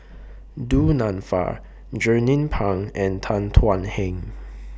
Du Nanfa Jernnine Pang and Tan Thuan Heng